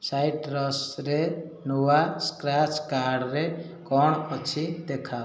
ସାଇଟ୍ରସ୍ରେ ନୂଆ ସ୍କ୍ରାଚ କାର୍ଡ଼ରେ କ'ଣ ଅଛି ଦେଖାଅ